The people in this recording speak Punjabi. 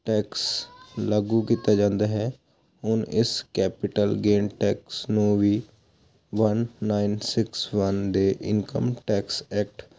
ਟੈਕਸ ਲਾਗੂ ਕੀਤਾ ਜਾਂਦਾ ਹੈ ਹੁਣ ਇਸ ਕੈਪੀਟਲ ਗੇਨ ਟੈਕਸ ਨੂੰ ਵੀ ਵੰਨ ਨਾਈਨ ਸਿਕਸ ਵੰਨ ਦੇ ਇਨਕਮ ਟੈਕਸ ਐਕਟ